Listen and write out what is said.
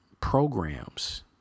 Programs